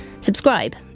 Subscribe